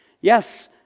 Yes